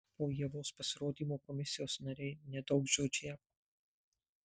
po ievos pasirodymo komisijos nariai nedaugžodžiavo